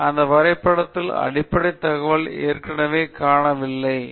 எனவே அந்த வரைபடத்திலுள்ள அடிப்படைத் தகவலை ஏற்கனவே காணவில்லை